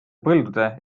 põldude